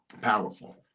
powerful